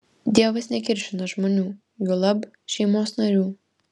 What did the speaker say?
dievas nekiršina žmonių juolab šeimos narių